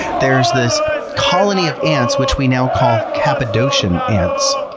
there's this colony of ants, which we now call cappadocian ants.